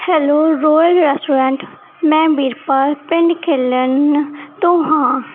hello royal restaurant ਮੈਂ ਬੀਰਪਾਲ ਪਿੰਡ ਖਿਲਣ ਤੋਂ ਹਾਂ